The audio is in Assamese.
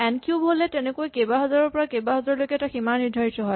এন কিউব হ'লে তেনেকৈ কেইবা হাজাৰৰ পৰা কেইবা হাজাৰলৈকে এটা সীমা নিৰ্দ্ধাৰিত হয়